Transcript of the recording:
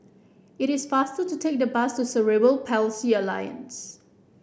it is faster to take the bus to Cerebral Palsy Alliance